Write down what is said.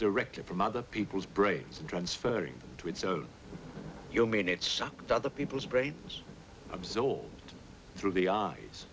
directly from other people's brains and transferring to its own you mean it sucked other people's brains absorb through the eyes